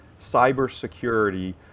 cybersecurity